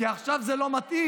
כי עכשיו זה לא מתאים.